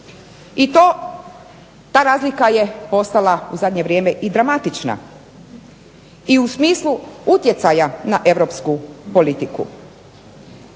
i ta razlika je postala u zadnje vrijeme i dramatična, i u smislu utjecaja na europsku politiku.